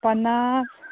पन्नास